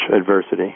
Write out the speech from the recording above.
adversity